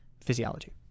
physiology